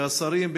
שהשרים,